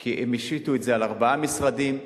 כי הם השיתו את זה על ארבעה משרדים,